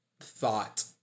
thought